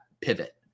pivot